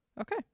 Okay